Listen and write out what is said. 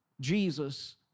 Jesus